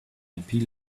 appeal